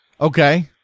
Okay